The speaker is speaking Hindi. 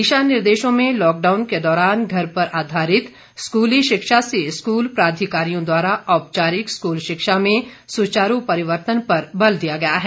दिशा निर्देशों में लॉकडाउन के दौरान घर पर आधारित स्कूली शिक्षा से स्कूल प्राधिकारियों द्वारा औपचारिक स्कूल शिक्षा में सुचारू परिवर्तन पर बल दिया गया है